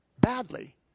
badly